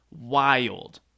wild